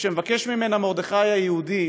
וכשמבקש ממנה מרדכי היהודי